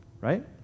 Right